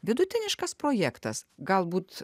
vidutiniškas projektas galbūt